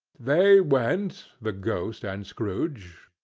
they went, the ghost and scrooge,